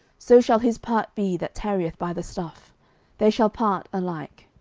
so shall his part be that tarrieth by the stuff they shall part alike.